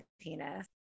penis